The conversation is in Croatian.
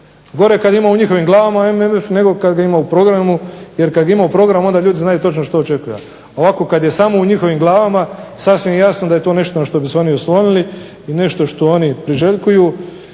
Gore je kad ima u njihovim glavama MMF nego kad ga ima u programu jer kad ga ima u programu onda ljudi znaju točno što očekuju. Ovako kad je samo u njihovim glavama sasvim je jasno da je to nešto na što bi se oni oslonili, nešto što oni priželjkuju